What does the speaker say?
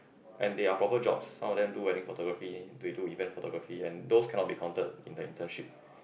and they are proper jobs some of them do wedding photography they do event photography and those cannot be counted in the internship